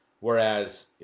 Whereas